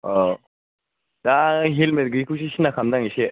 औ दा हेलमेट गैयैखौसो सिनथा खालामदां इसे